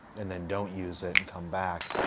and then don't use it and come back.